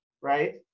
Right